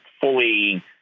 fully